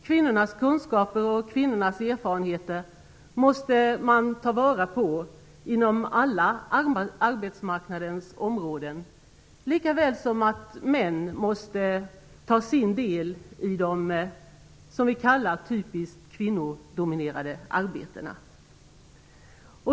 Kvinnornas kunskaper och kvinnornas erfarenheter måste man ta vara på inom alla arbetsmarknadens områden, likaväl som att män måste ta sin del i de som vi kallar typiskt kvinnodominerade arbetena.